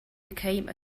became